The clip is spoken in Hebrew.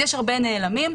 יש הרבה נעלמים,